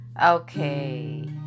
Okay